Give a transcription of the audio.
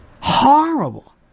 Horrible